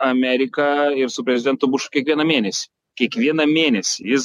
amerika ir su prezidentu bušu kiekvieną mėnesį kiekvieną mėnesį jis